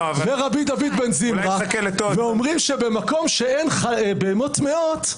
--- ורבי דוד בן זמרא, ואומרים שבהמות טמאות,